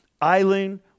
Island